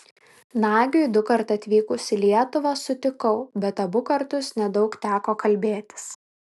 nagiui dukart atvykus į lietuvą susitikau bet abu kartus nedaug teko kalbėtis